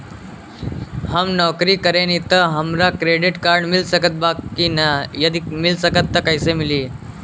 हम नौकरी करेनी त का हमरा क्रेडिट कार्ड मिल सकत बा की न और यदि मिली त कैसे मिली?